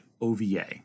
OVA